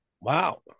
Wow